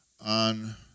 on